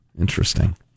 Interesting